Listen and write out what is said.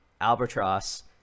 albatross